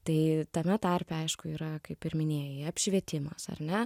tai tame tarpe aišku yra kaip ir minėjai apšvietimas ar ne